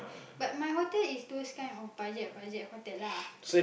but my hotel is those kind of budget budget hotel lah